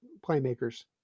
playmakers